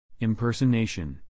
impersonation